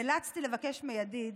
"נאלצתי לבקש מידיד